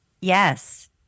Yes